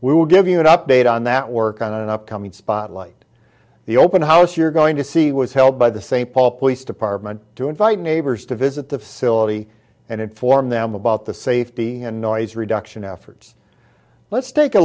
we will give you an update on that work on an upcoming spotlight the open house you're going to see was held by the st paul police department to invite neighbors to visit the facility and inform them about the safety and noise reduction efforts let's take a